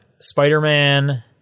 spider-man